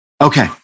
okay